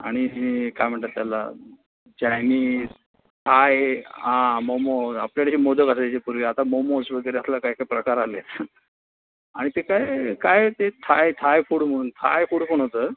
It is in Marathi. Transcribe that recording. आणि हे काय म्हणतात त्याला चायनीज हां हे हां मोमो आपल्याकडे कसे मोदक असायचे पूर्वी आता मोमोज वगैरे असलं काय काय प्रकार आले आहेत आणि ते काय काय ते थाय थाय फूड म्हणून थाय फूड पण होतं